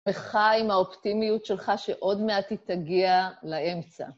וחי עם האופטימיות שלך שעוד מעט היא תגיע לאמצע.